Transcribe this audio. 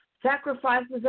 Sacrifices